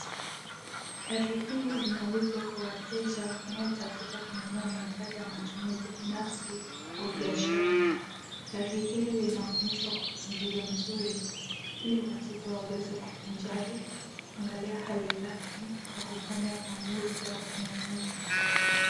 Gari hili linauzwa kwa wateja wanaotafuta kununua magari ya matumizi binafsi au biashara. Gari hili linaonyeshwa kwa mpangilio mzuri ili wateja waweze kuvinjari, kuangalia hali lake na kufanya maamuzi au ununuzi.